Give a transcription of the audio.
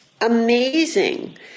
amazing